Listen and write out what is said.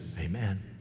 amen